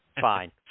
fine